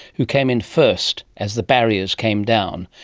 who came in first as the barriers came down.